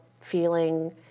feeling